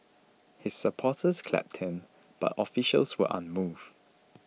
his supporters clapped him but officials were unmoved